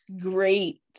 great